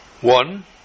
One